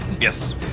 Yes